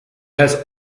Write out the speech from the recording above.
has